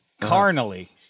carnally